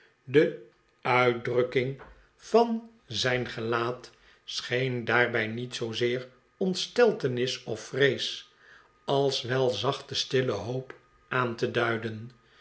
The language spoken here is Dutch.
de uitdrukking van zijn gelaat scheen daarbij niet zoozeer ontsteltenis of vrees als wel zachte stille hoop aan te duiden